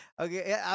Okay